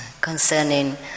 concerning